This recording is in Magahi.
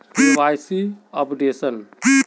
KYC updation?